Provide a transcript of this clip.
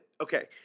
Okay